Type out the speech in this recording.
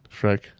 Shrek